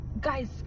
guys